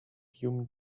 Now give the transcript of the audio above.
human